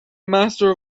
master